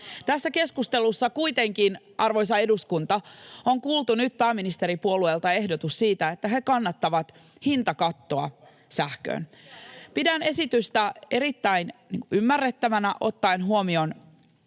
Tässä keskustelussa kuitenkin, arvoisa eduskunta, on kuultu nyt pääministeripuolueelta ehdotus siitä, että he kannattavat hintakattoa sähköön. [Sari Sarkomaa: Mikä on hallituksen linja?] Pidän